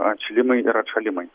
atšilimai ir atšalimai